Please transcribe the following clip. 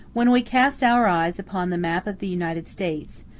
when we cast our eyes upon the map of the united states,